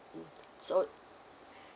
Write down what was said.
mm so